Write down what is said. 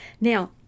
Now